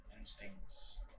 Instincts